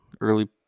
Early